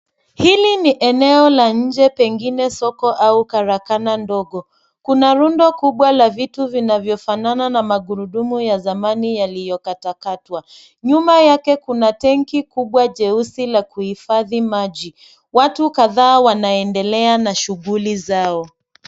Hili ni eneo la nje pengine soko au karakana ndogo. Kuna rundo kubwa la vitu vinavyofanana na magurudumu ya zamani yaliyokatakatwa. Nyuma yake kuna tanki kubwa jeusi la kuhifadhi maji. Watu kadhaa wanaendelea na shughuli zao.